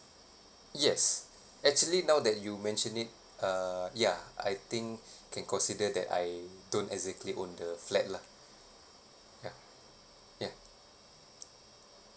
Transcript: yes actually now that you mention it uh ya I think can consider that I don't exactly own the flat lah ya yeah